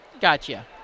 gotcha